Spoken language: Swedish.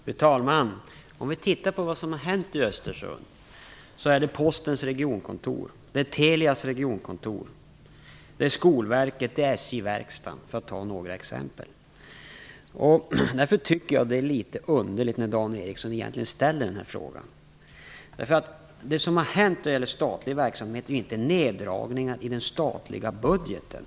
Fru talman! Om vi tittar på vad som har hänt i Östersund ser vi att det gäller Postens regionkontor, Telias regionkontor, Skolverket och SJ-verkstaden för att ta några exempel. Därför tycker jag att det är litet underligt att Dan Ericsson ställer denna fråga. Det som har hänt när det gäller statlig verksamhet är inte neddragningar i den statliga budgeten.